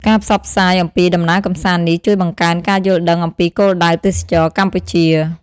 ការផ្សព្វផ្សាយអំពីដំណើរកម្សាន្តនេះ ជួយបង្កើនការយល់ដឹងអំពីគោលដៅទេសចរណ៍កម្ពុជា។